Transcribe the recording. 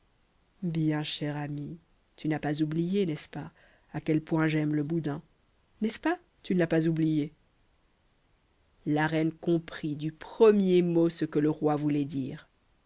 bien chère amie tu n'as pas oublié n'est-ce pas à quel point j'aime le boudin n'est-ce pas tu ne l'as pas oublié la reine comprit du premier mot ce que le roi voulait dire